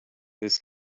this